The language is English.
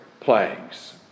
Plagues